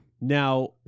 Now